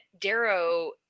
Darrow